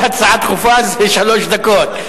כל הצעה דחופה זה שלוש דקות.